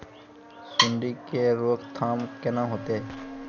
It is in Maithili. सुंडी के रोकथाम केना होतै?